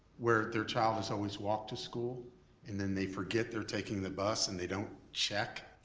where their child has always walked to school and then they forget they're taking the bus and they don't check